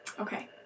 Okay